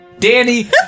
Danny